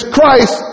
Christ